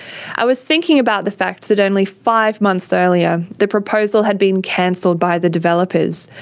i was thinking about the fact that only five months earlier, the proposal had been cancelled by the developers.